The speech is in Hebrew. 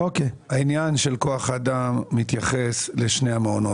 העניין של כוח האדם מתייחס לשני המעונות,